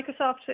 Microsoft